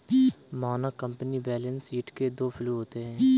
मानक company balance sheet के दो फ्लू होते हैं